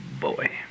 boy